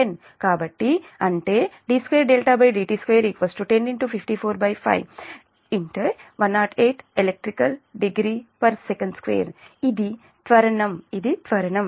కాబట్టి అంటే d2dt2 10545 108 elect degree Sec2 ఇది త్వరణం ఇది త్వరణం